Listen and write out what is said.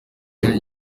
yari